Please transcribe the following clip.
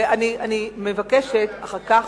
אפשר להציע את המלה "עדות" למחוק ולכתוב: